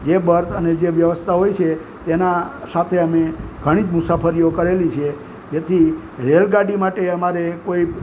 જે બર્થ અને જે વ્યવસ્થા હોય છે તેના સાથે અમે ઘણી મુસાફરીઓ કરેલી છે જેથી રેલગાડી માટે અમારે કોઈ